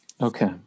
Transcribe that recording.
Okay